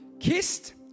Kissed